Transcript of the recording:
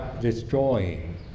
destroying